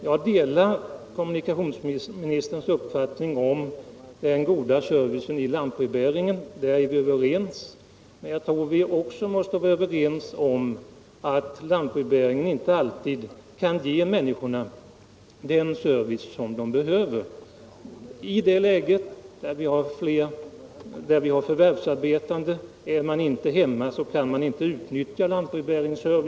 Jag delar kommunikationsministerns uppfattning om den goda servicen i lantbrevbäringen. Men jag tror att vi också måste vara överens om att lantbrevbäringen inte alltid kan ge människorna den service som de behöver. Det gäller t.ex. förvärvsarbetande som inte är hemma när lantbrevbäraren kommer.